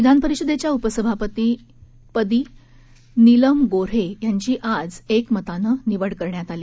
विधानपरिषदेच्या उपसभापतीपदी नीलम गोऱ्हे यांची आज एकमतानं निवड करण्यात आली